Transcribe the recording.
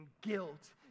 guilt